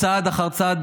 צעד אחר צעד,